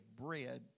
bread